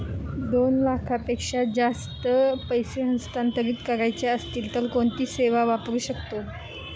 दोन लाखांपेक्षा जास्त पैसे हस्तांतरित करायचे असतील तर कोणती सेवा वापरू शकतो?